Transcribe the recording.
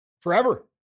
forever